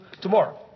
tomorrow